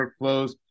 workflows